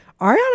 Ariana